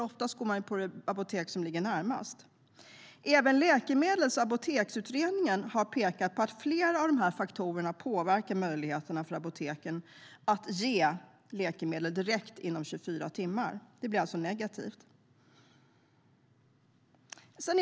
Oftast går vi ju till det apotek som ligger närmast. Även Läkemedels och apoteksutredningen har pekat på att flera av dessa faktorer påverkar möjligheterna för apoteken att tillhandahålla läkemedel direkt eller inom 24 timmar. Det blir alltså negativt.